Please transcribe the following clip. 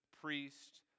priest